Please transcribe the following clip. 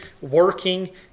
working